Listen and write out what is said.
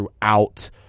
throughout